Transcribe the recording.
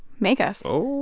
make us oh